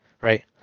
right